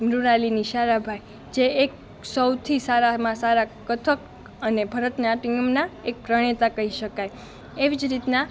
મૃનાલિની સારાભાઈ જે એક સૌથી સારામાં સારાં કથક અને ભરત નાટ્યમનાં એક પ્રણેતા કહી શકાય એવી જ રીતના